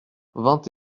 vingt